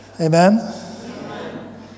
Amen